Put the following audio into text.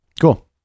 Cool